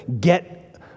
get